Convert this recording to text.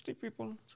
people